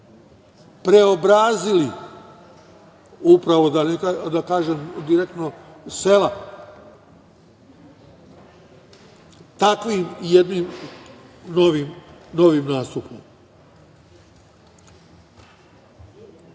preobrazili upravo, da kažem direktno, sela, takvim jednim novim nastupom. Mislim